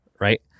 right